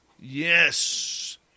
Yes